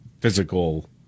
physical